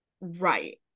right